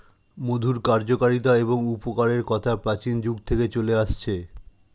মধুর কার্যকারিতা এবং উপকারের কথা প্রাচীন যুগ থেকে চলে আসছে